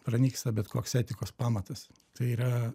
pranyksta bet koks etikos pamatas tai yra